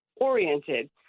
oriented